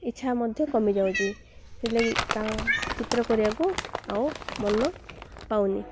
ଇଚ୍ଛା ମଧ୍ୟ କମିଯାଉଛି ସେଥିଲାଗି ଚିତ୍ର କରିବାକୁ ଆଉ ମନ ପାଉନି